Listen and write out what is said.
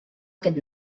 aquest